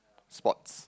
sports